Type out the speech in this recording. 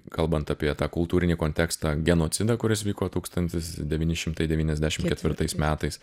kalbant apie tą kultūrinį kontekstą genocidą kuris vyko tūkstantis devyni šimtai devyniasdešim ketvirtais metais